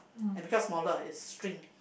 and become smaller it shrink